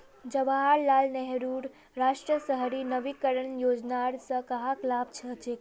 जवाहर लाल नेहरूर राष्ट्रीय शहरी नवीकरण योजनार स कहाक लाभ हछेक